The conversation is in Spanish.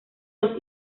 los